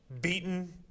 beaten